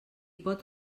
pot